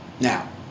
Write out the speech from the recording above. Now